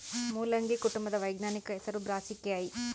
ಮುಲ್ಲಂಗಿ ಕುಟುಂಬದ ವೈಜ್ಞಾನಿಕ ಹೆಸರು ಬ್ರಾಸಿಕೆಐ